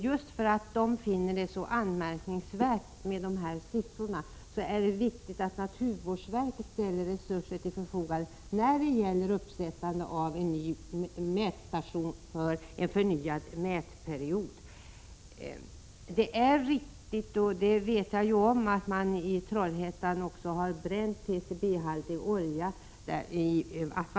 Just därför att man där finner dessa siffror så anmärkningsvärda är det viktigt att naturvårdsverket ställer resurser till förfogande för uppsättande av en ny mätstation för en förnyad mätperiod. Det är riktigt — och det känner jag till — att Vattenfall i Trollhättan också har bränt PCB-haltig olja.